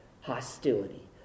hostility